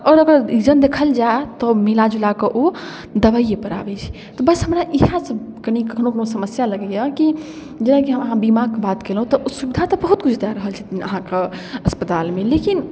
आओर अगर रीजन देखल जाए तऽ मिलाजुलाकऽ ओ दवाइएपर आबै छै तऽ बस हमरा इएहसब कनि कखनो कखनो समस्या लगैए कि जेनाकि हमरा अहाँके बीमाके बात कएलहुँ तऽ सुविधातऽ बहुत किछु दऽ रहल छथिन अहाँके अस्पतालमे लेकिन